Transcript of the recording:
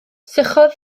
sychodd